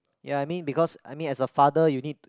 ya I mean because I mean as a father you need to